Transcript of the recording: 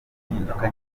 impinduka